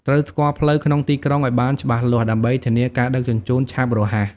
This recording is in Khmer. ត្រូវស្គាល់ផ្លូវក្នុងទីក្រុងឱ្យបានច្បាស់លាស់ដើម្បីធានាការដឹកជញ្ជូនឆាប់រហ័ស។